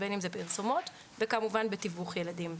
בין אם זה בפרסומות וכמובן בתיווך ילדים.